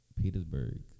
Petersburg